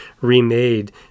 remade